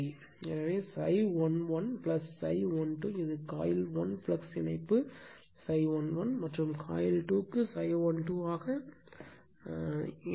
எனவே ∅11 ∅12 இது coil 1 flux இணைப்பு ∅ 11 மற்றொரு காயில் 2∅ 12 ஆக இணைக்கிறது